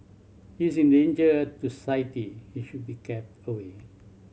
he is in danger to and should be kept away